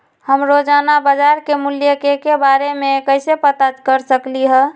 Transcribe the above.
हम रोजाना बाजार के मूल्य के के बारे में कैसे पता कर सकली ह?